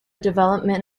development